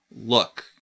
look